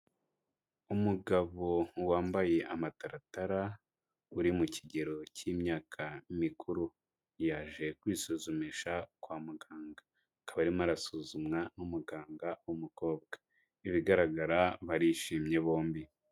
Umugabo wambaye amataratara uri mu kigero k'imyaka mikuru, yaje kwisuzumisha kwa muganga akaba arimo arasuzumwa n'umuganga w'umukobwa mu bigaragara barishimye bombi.